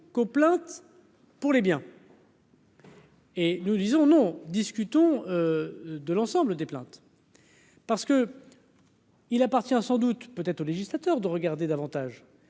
qu'plaintes pour les biens. Et nous disons, nous discutons de l'ensemble des plaintes parce que. Il appartient sans doute peut-être au législateur de regarder davantage